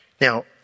Now